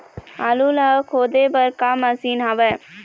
आलू ला खोदे बर का मशीन हावे?